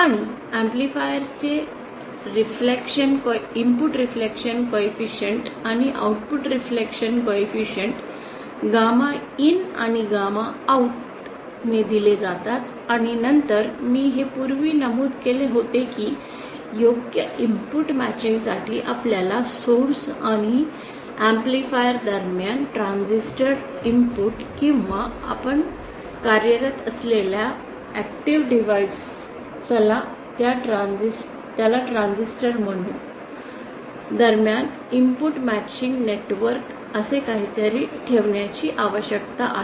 आणि एम्पलीफायर चे input reflection coefficient आणि आउटपुट रिफ्लेक्शन कॉइफिशिन्ट गॅमॅइन आणि गॅमा OUT दिले जातात आणि नंतर मी हे पूर्वी नमूद केले होते की योग्य इनपुट मॅचिंग साठी आपल्याला सोर्स आणि एम्पलीफायर दरम्यान ट्रांजिस्टर इनपुट किंवा आपण कार्यरत असलेल्या ऍक्टिव्ह डिव्हाइस चला त्याला ट्रान्झिस्टर म्हणू दरम्यान इनपुट मॅचिंग नेटवर्क असे काहीतरी ठेवण्याची आवश्यकता आहे